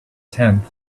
tenth